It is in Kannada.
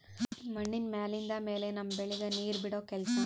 ಮಣ್ಣಿನ ಮ್ಯಾಲಿಂದ್ ಮ್ಯಾಲೆ ನಮ್ಮ್ ಬೆಳಿಗ್ ನೀರ್ ಬಿಡೋ ಕೆಲಸಾ